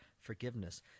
forgiveness